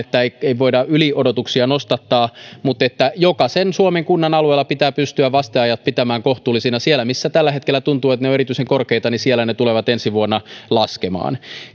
niin että ei voida yliodotuksia nostattaa mutta jokaisen suomen kunnan alueella pitää pystyä vasteajat pitämään kohtuullisina siellä missä tällä hetkellä tuntuu että ne ovat erityisen korkeita ne tulevat ensi vuonna laskemaan